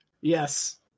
Yes